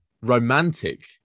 romantic